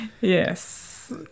yes